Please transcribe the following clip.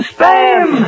Spam